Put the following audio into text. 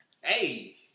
Hey